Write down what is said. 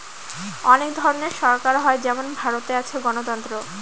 অনেক ধরনের সরকার হয় যেমন ভারতে আছে গণতন্ত্র